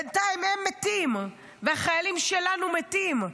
בינתיים הם מתים, והחיילים שלנו מתים.